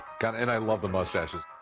god, and i love the mustaches.